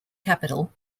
capital